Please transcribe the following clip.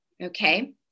okay